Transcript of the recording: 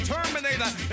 Terminator